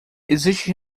existe